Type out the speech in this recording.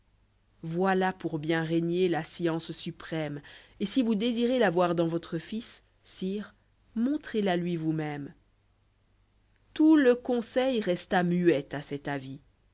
voilà pour bien régner la science suprême et si vous désirez la voir dans votre fils sire montrezt la lui vous-même tout le conseil resta muet à cet avis